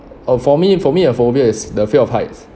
oh for me for me a phobia is the fear of heights